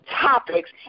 topics